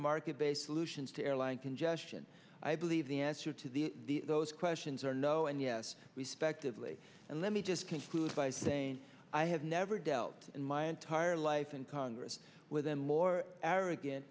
market based solutions to airline congestion i believe the answer to the those questions are no and yes respectively and let me just conclude by saying i have never dealt in my entire life in congress with a more arrogant